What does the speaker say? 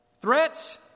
Threats